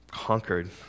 conquered